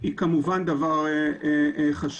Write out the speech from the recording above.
היא כמובן דבר חשוב.